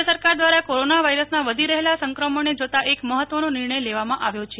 રાજ્ય સરકાર દ્વારા કોરોના વાયરસના વધી રહેલા સંક્રમણને જોતા એક મહત્ત્વનો નિર્ણય લેવામાં આવ્યો છે